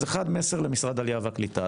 מסר למשרד העלייה והקליטה,